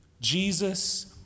Jesus